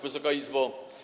Wysoka Izbo!